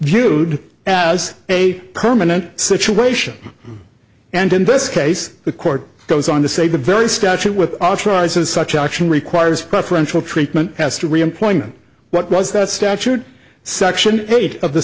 viewed as a permanent situation and in this case the court goes on to say the very statute with authorizes such action requires preferential treatment as to reemployment what was that statute section eight of the